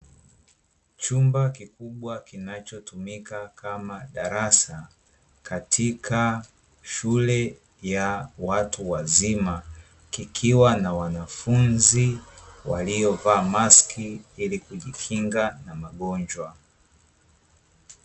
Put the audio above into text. Chumba kikubwa kinachotumika kama darasa katika shule ya watu wazima kikiwa na wanafunzi waliovaa mask ili kujikinga na magonjwa.